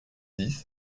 dix